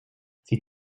sie